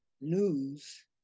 news